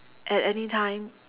at any time